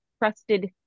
trusted